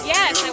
Yes